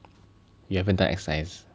you haven't done exercise